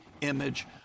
image